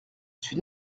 suis